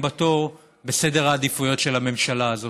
בתור בסדר העדיפויות של הממשלה הזאת.